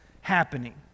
happening